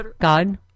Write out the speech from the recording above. God